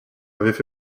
avaient